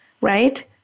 Right